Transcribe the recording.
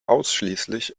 ausschließlich